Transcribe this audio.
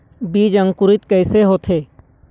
बीज अंकुरित कैसे होथे?